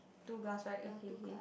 two glass right okay kay